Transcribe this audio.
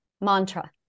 mantra